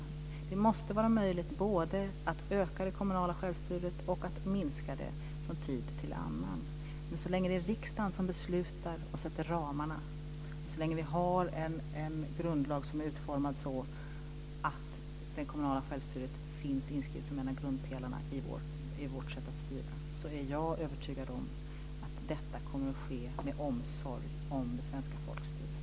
Det måste vara möjligt både att öka det kommunala självstyret och att minska det från tid till annan. Men så länge som det är riksdagen som beslutar och sätter ramarna och så länge vi har en grundlag som är utformad så att det kommunala självstyret finns inskrivet som en av grundpelarna i vårt sätt att styra så är jag övertygad om att detta kommer att ske med omsorg om det svenska folkstyret.